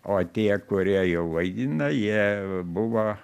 o tie kurie jau vaidina jie buvo